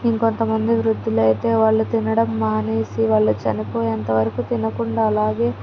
ఇంకొంతమంది వృద్ధులైతే వాళ్ళు తినడం మానేసి వాళ్ళు చనిపోయేంతవరకు తినకుండా అలాగే